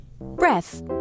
Breath